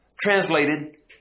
translated